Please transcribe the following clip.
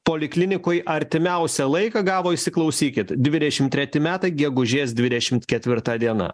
poliklinikoj artimiausią laiką gavo įsiklausykit dvidešim treti metai gegužės dvidešimt ketvirta diena